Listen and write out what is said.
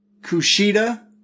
Kushida